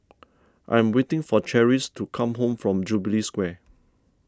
I am waiting for Cherish to come home from Jubilee Square